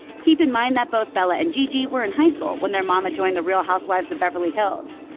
keep in mind that both bella and gigi were in high school when their mama joined the real housewives of beverly hills.